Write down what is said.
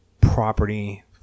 property